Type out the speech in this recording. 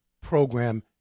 Program